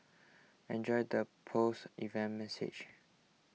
enjoy the post event massage